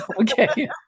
Okay